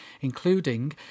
including